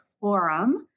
Forum